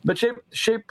bet šiaip šiaip